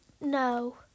No